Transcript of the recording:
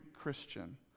Christian